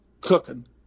cooking